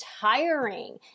tiring